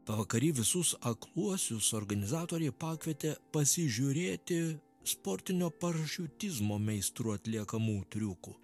pavakary visus akluosius organizatoriai pakvietė pasižiūrėti sportinio parašiutizmo meistrų atliekamų triukų